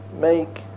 make